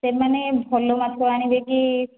ସେମାନେ ଭଲ ମାଛ ଆଣିବେ କି